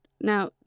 now